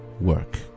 work